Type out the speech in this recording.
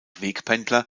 wegpendler